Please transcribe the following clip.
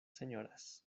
señoras